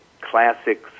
classic